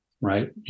right